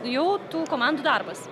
jau tų komandų darbas